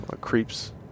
Creeps